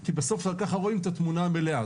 כי בסוף רק ככה רואים את התמונה המלאה.